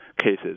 cases